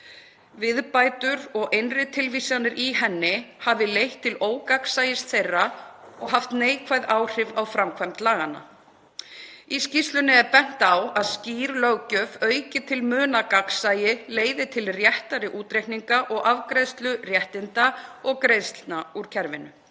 viðbætur og innri tilvísanir í henni hafi leitt til ógagnsæis þeirra og haft neikvæð áhrif á framkvæmd laganna. Í skýrslunni er bent á að skýr löggjöf auki til muna gagnsæi, leiði til réttari útreikninga og afgreiðslu réttinda og greiðslna úr kerfinu.